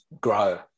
grow